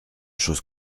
chose